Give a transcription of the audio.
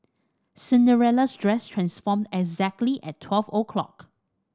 Cinderella's dress transformed exactly at twelve o' clock